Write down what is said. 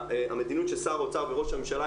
והמדיניות של שר האוצר וראש הממשלה,